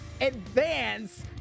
Advance